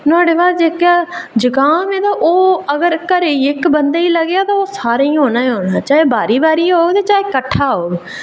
नुहाड़े बाद जेह्का जुकाम ऐ ते ओह् अगर घरै दे इक बंदे गी लग्गेआ ते ओह् सारें गी होना ई होना ऐ चाहे बारी बारी होग चाहे किट्ठा होग